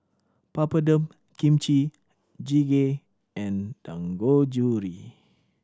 Papadum Kimchi Jjigae and Dangojiru